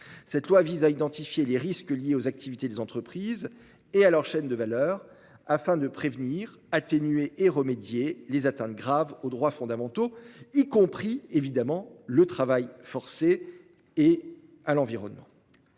Cette loi vise à identifier les risques liés aux activités des entreprises et à leurs chaînes de valeur afin de prévenir et d'atténuer les atteintes graves aux droits fondamentaux, y compris le travail forcé et les atteintes